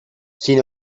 sin